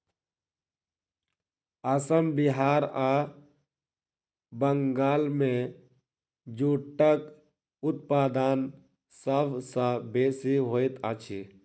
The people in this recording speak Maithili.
असम बिहार आ बंगाल मे जूटक उत्पादन सभ सॅ बेसी होइत अछि